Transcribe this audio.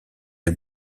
des